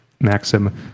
maxim